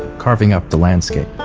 carving up the landscape